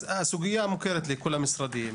אז הסוגייה מוכרת לכל המשרדים,